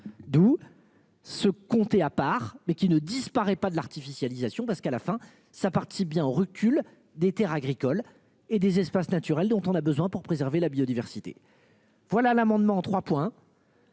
d'où. Ce comté à part mais qui ne disparaît pas deux l'artificialisation parce qu'à la fin ça partie bien au recul des Terres agricoles et des espaces naturels dont on a besoin pour préserver la biodiversité. Voilà l'amendement 3 points.